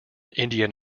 indian